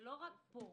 לא רק פה.